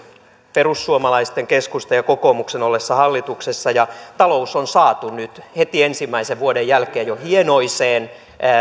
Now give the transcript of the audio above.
perussuomalaisten keskustan ja kokoomuksen ollessa hallituksessa ja talous on saatu nyt heti ensimmäisen vuoden jälkeen jo hienoiseen